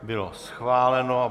Bylo schváleno.